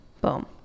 Boom